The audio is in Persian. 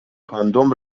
کاندوم